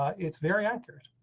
it's very accurate.